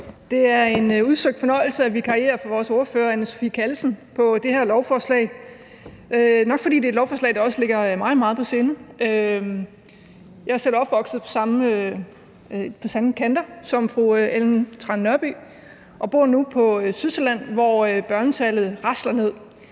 Det er en udsøgt fornøjelse at vikariere for vores ordfører på det her lovforslag, Anne Sophie Callesen, og det er nok, fordi det er et lovforslag, der også ligger mig meget på sinde. Jeg er selv opvokset på de samme kanter som fru Ellen Trane Nørby og bor nu på Sydsjælland, hvor børnetallet rasler ned.